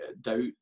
doubt